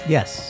Yes